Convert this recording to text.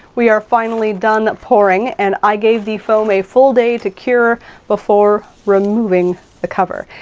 we are finally done pouring, and i gave the foam a full day to cure before removing the cover.